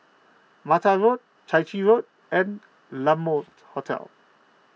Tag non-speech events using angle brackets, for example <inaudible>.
Mata Road Chai Chee Road and La Mode <noise> Hotel